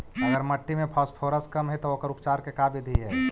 अगर मट्टी में फास्फोरस कम है त ओकर उपचार के का बिधि है?